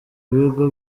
bigo